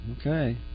okay